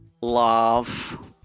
love